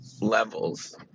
levels